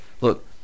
look